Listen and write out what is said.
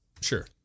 Sure